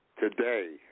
today